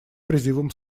призывом